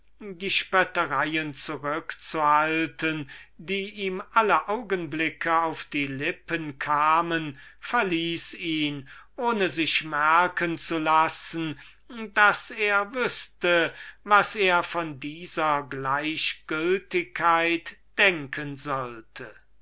die spöttereien zurückzuhalten die ihm alle augenblicke auf die lippen kamen verließ ihn ohne sich merken zu lassen daß er wüßte was er von dieser gleichgültigkeit denken sollte